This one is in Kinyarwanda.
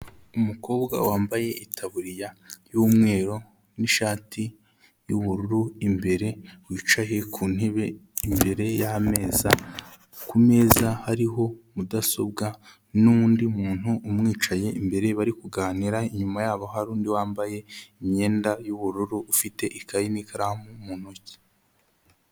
Umukobwa wambaye itaburiya y'umweru n'ishati y'ubururu imbere, wicaye ku ntebe imbere y'ameza, ku meza hariho mudasobwa n'undi muntu umwicaye imbere bari kuganira inyuma yabo hari undi wambaye imyenda y'ubururu ufite ikaye n'ikaramu mu ntoki.